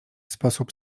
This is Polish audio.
sposób